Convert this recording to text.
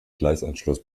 gleisanschluss